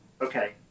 okay